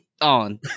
on